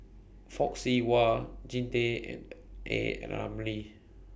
Fock Siew Wah Jean Tay and A Ramli